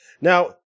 Now